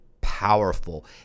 powerful